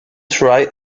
try